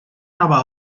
nova